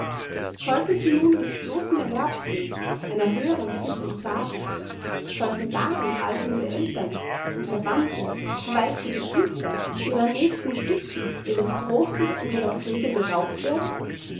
sollten sie nun des bloßen erwerbs willen einer höheren pflicht entsagen sollten darum alternde eltern und verwandte verwaiste geschwister ihrer nächsten stützen ihres trostes und ihrer pflege beraubt werden